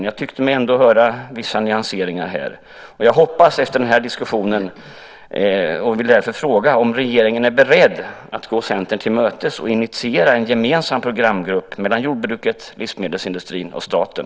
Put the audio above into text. Jag tyckte mig ändå höra vissa nyanseringar här. Jag är hoppfull efter denna diskussion och vill därför fråga om regeringen är beredd att i det här allvarliga läget gå Centern till mötes och initiera en gemensam programgrupp mellan jordbruket, livsmedelsindustrin och staten.